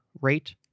rate